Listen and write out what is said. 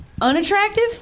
unattractive